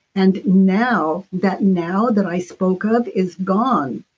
and now, that now that i spoke of is gone